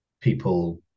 people